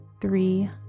three